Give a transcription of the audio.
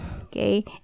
okay